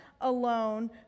alone